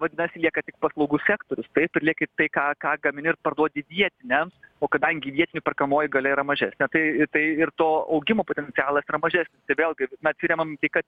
vadinasi lieka tik paslaugų sektorius taip ir lieki tai ką gamini ir parduoti vietiniams o kadangi vietinių perkamoji galia yra mažesnė tai tai ir to augimo potencialas mažesnis tai vėlgi na atsiremiam į tai kad